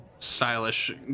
stylish